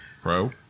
Pro